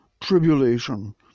tribulation